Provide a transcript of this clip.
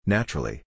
Naturally